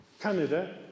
Canada